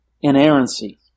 inerrancy